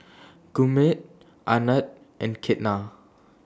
Gurmeet Anand and Ketna